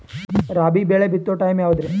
ರಾಬಿ ಬೆಳಿ ಬಿತ್ತೋ ಟೈಮ್ ಯಾವದ್ರಿ?